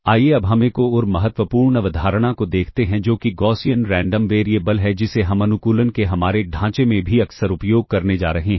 आइए अब हम एक और महत्वपूर्ण अवधारणा को देखते हैं जो कि गॉसियन रैंडम वेरिएबल है जिसे हम अनुकूलन के हमारे ढांचे में भी अक्सर उपयोग करने जा रहे हैं